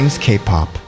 K-pop